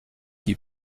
qui